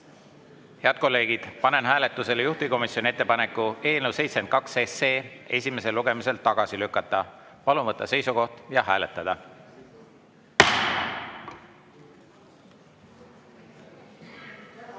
Head kolleegid, panen hääletusele juhtivkomisjoni ettepaneku eelnõu 72 esimesel lugemisel tagasi lükata. Palun võtta seisukoht ja hääletada!